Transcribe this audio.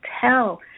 tell